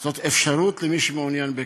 זו אפשרות למי שמעוניין בכך.